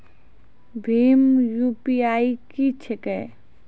भीम UPI की छीके?